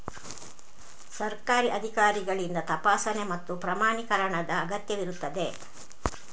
ಸರ್ಕಾರಿ ಅಧಿಕಾರಿಗಳಿಂದ ತಪಾಸಣೆ ಮತ್ತು ಪ್ರಮಾಣೀಕರಣದ ಅಗತ್ಯವಿರುತ್ತದೆ